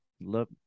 love